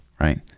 right